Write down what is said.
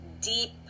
deep